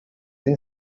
این